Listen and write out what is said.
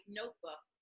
notebook